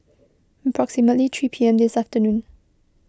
approximately three P M this afternoon